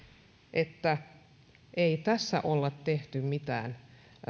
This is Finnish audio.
että ei tässä ole tehty mitään